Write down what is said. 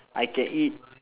I can eat